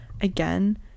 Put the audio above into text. again